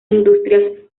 industrias